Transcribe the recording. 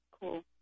Cool